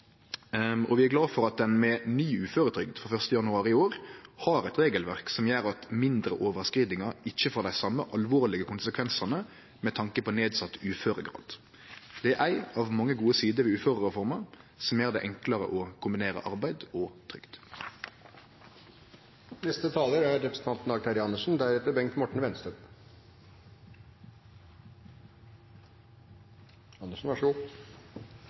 og vi er glade for at ein med ny uføretrygd frå 1. januar i år har eit regelverk som gjer at mindre overskridingar ikkje får dei same alvorlege konsekvensane, med tanke på nedsett uføregrad. Det er ei av mange gode sider ved uførereforma som gjer det enklare å kombinere arbeid og trygd. Saksordføreren har redegjort greit for saken, men jeg føler likevel at det er